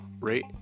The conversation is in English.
rate